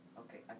okay